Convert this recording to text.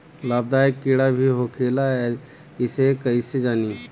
लाभदायक कीड़ा भी होखेला इसे कईसे जानी?